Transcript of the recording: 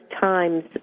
times